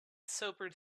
sobered